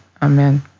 Amen